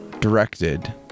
directed